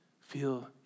feel